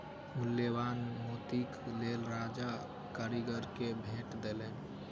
मूल्यवान मोतीक लेल राजा कारीगर के भेट देलैन